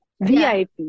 VIP